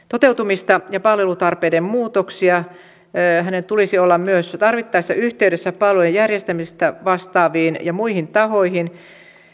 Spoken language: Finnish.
toteutumista ja palvelutarpeiden muutoksia hänen tulisi olla myös tarvittaessa yhteydessä palvelujen järjestämisestä vastaaviin ja muihin tahoihin